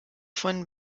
von